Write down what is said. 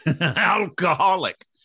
Alcoholic